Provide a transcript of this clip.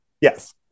Yes